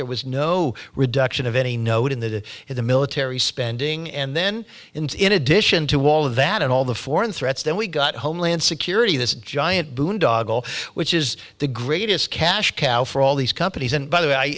there was no reduction of any note in the in the military spending and then in addition to all of that and all the foreign threats then we got homeland security this giant boondoggle which is the greatest cash cow for all these companies and by the way i